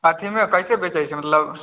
अथी मे कैसे बेचै छै मतलब